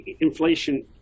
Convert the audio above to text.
Inflation